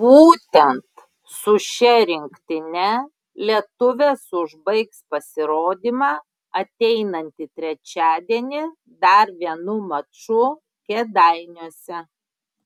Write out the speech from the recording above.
būtent su šia rinktine lietuvės užbaigs pasirodymą ateinantį trečiadienį dar vienu maču kėdainiuose